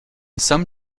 some